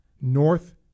North